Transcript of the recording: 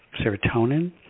serotonin